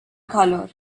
color